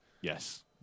Yes